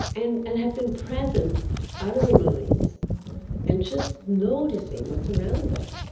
and and have been present out of their minds and just noticing what's around them,